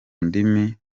ndimi